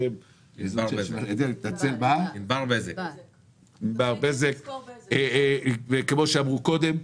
או ענבר בזק, כמו שאמרו קודם.